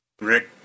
Rick